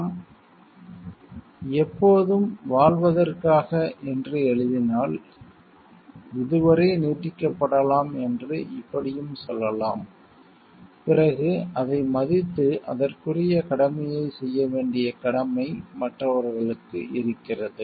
நாம் எப்போதும் வாழ்வதற்காக என்று எழுதினால் இது வரை நீட்டிக்கப்படலாம் என்று இப்படியும் சொல்லலாம் பிறகு அதை மதித்து அதற்குரிய கடமையைச் செய்ய வேண்டிய கடமை மற்றவர்களுக்கு இருக்கிறது